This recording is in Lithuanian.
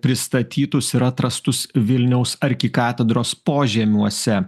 pristatytus ir atrastus vilniaus arkikatedros požemiuose